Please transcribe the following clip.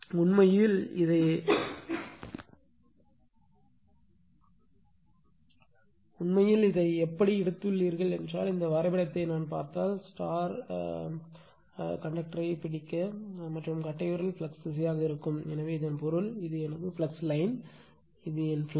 உண்மையில் இதை எப்படி எடுத்துள்ளீர்கள் என்றால் இந்த வரைபடத்தை நான் பார்த்தால் நான் கண்டக்டரை பிடிக்க மற்றும் கட்டைவிரல் ஃப்ளக்ஸ் திசையாக இருக்கும் எனவே இதன் பொருள் இது எனது ஃப்ளக்ஸ் லைன் இது என் ஃப்ளக்ஸ்